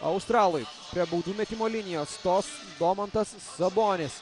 australui prie baudų metimo linijos stos domantas sabonis